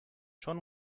چون